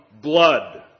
blood